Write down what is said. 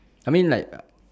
I mean like uh